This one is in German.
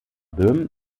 böhm